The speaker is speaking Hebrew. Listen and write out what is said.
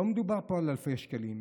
לא מדובר פה על אלפי שקלים,